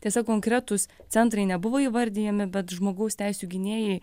tiesa konkretūs centrai nebuvo įvardijami bet žmogaus teisių gynėjai